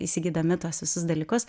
įsigydami tuos visus dalykus